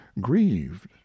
grieved